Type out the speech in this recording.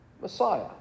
Messiah